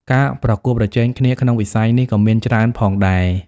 ការប្រកួតប្រជែងគ្នាក្នុងវិស័យនេះក៏មានច្រើនផងដែរ។